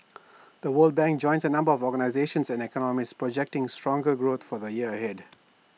the world bank joins A number of organisations and economists projecting stronger growth for the year ahead